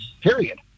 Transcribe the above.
period